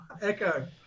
echo